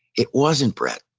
it wasn't, brett.